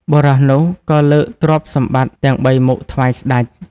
បុរសនោះក៏លើកទ្រព្យសម្បត្តិទាំងបីមុខថ្វាយស្ដេច។